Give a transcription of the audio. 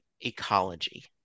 ecology